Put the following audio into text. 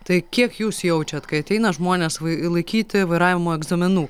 tai kiek jūs jaučiat kai ateina žmonės laikyti vairavimo egzaminų